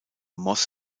moss